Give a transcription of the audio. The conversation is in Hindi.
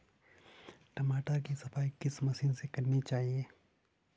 टमाटर की सफाई किस मशीन से करनी चाहिए?